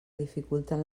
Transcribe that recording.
dificulten